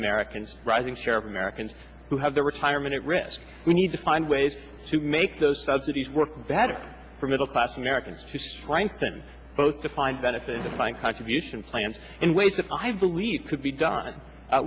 americans rising share of americans who have their retirement at risk we need to find ways to make those subsidies work better for middle class americans to strengthen both defined benefit and defined contribution plans in ways that i believe could be done